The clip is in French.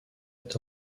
est